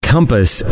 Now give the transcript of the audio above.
Compass